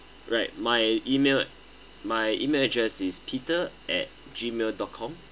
right my email my email address is peter at gmail dot com